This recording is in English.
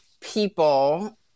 people